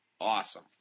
Awesome